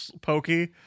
pokey